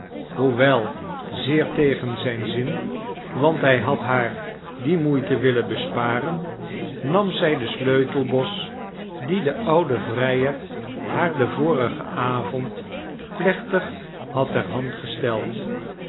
hoewel zeer tegen zijn zin want hij had haar die moeite willen besparen nam zij den sleutelbos dien de oude vrijer haar den vorigen avond plechtig had ter hand gesteld